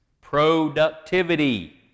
Productivity